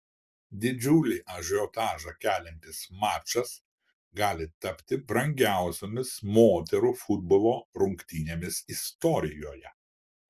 didžiulį ažiotažą keliantis mačas gali tapti brangiausiomis moterų futbolo rungtynėmis istorijoje